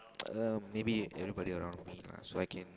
uh maybe everybody around me lah so I can